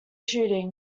shooting